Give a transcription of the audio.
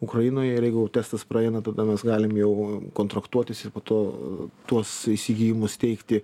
ukrainoj ir jeigu testas praeina tada mes galim jau kontraktuotis ir po to tuos įsigijimus steigti